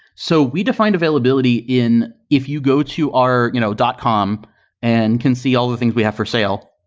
so we defined availability in if you go to our you know dot com and can see all the things we have for sale,